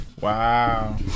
Wow